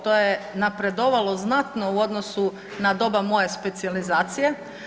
To je napredovalo znatno u odnosu na doba moje specijalizacije.